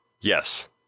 Yes